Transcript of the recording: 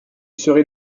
serait